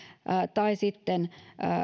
tai sitten